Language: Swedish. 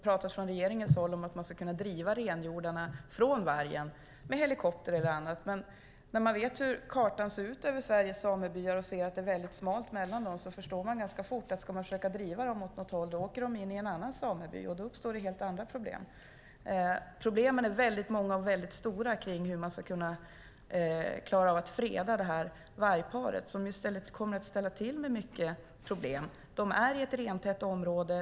Regeringen har pratat om att man skulle kunna driva renhjordarna från vargen med helikopter eller annat, men när man ser hur kartan över Sveriges samebyar ser ut och ser att det är väldigt smalt mellan dem förstår man ganska fort att ska man försöka driva dem åt något håll kommer de in i en annan sameby, och då uppstår det helt andra problem. Problemen är väldigt många och väldigt stora när det gäller hur man ska klara av att freda det här vargparet. Det kommer att ställa till med många problem. Det är i ett rentätt område.